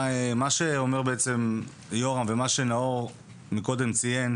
מה שאומר בעצם יורם ומה שנאור קודם ציין,